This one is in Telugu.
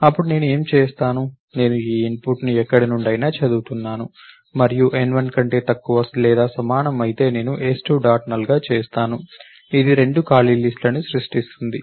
అప్పుడు నేను ఏమి చేస్తాను నేను ఈ ఇన్పుట్ని ఎక్కడి నుండైనా చదువుతున్నాను మరియు n1 కంటే తక్కువ లేదా సమానం అయితే నేను s2 డాట్ నల్ గా చేస్తాను ఇది రెండు ఖాళీ లిస్ట్ లను సృష్టిస్తుంది